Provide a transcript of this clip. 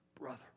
brother